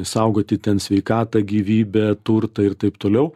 saugoti ten sveikatą gyvybę turtą ir taip toliau